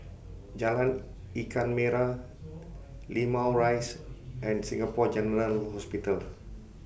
Jalan Ikan Merah Limau Rise and Singapore General Hospital